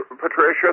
Patricia